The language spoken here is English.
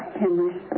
Henry